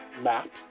map